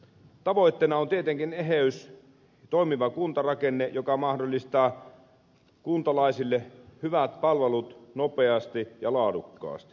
tavoitteena on tietenkin eheys toimiva kuntarakenne joka mahdollistaa kuntalaisille hyvät palvelut nopeasti ja laadukkaasti